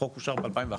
החוק אושר ב-2011.